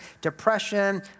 depression